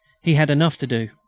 he had enough to do.